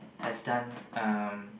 has done um